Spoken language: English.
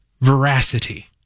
veracity